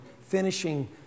finishing